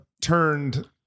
turned